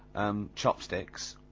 um, chopsticks,